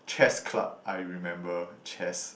chest club I remember chest